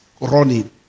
running